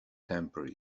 temper